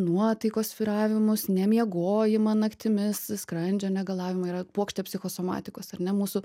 nuotaikos svyravimus nemiegojimą naktimis skrandžio negalavimai yra puokštė psichosomatikos ar ne mūsų